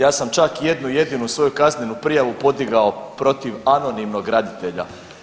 Ja sam čak jednu jedinu svoju kaznenu prijavu podigao protiv anonimnog graditelja.